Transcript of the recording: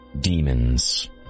Demons